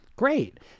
great